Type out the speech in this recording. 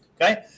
Okay